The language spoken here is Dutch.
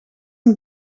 een